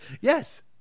Yes